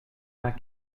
vingt